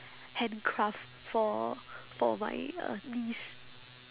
hand craft for for my uh niece